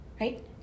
right